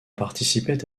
participaient